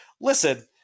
listen